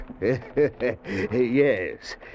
Yes